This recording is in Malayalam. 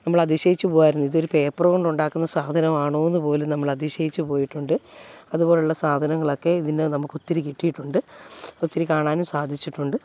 നമ്മളതിശയിച്ചു പോകുകയായിരുന്നു ഇതൊരു പേപ്പറ് കൊണ്ടുണ്ടാക്കുന്ന സാധനമാണോ എന്നുപോലും നമ്മളതിശയിച്ചു പോയിട്ടുണ്ട് അതുപോലുള്ള സാധനങ്ങളൊക്കെ ഇതിന്ന് നമുക്കൊത്തിരി കിട്ടിയിട്ടുണ്ട് ഒത്തിരി കാണാനും സാധിച്ചിട്ടുണ്ട്